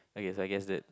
I guess I guess that